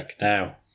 now